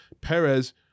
Perez